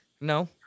No